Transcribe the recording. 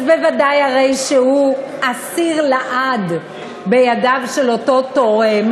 אז ודאי שהוא אסיר לעד בידיו של אותו תורם,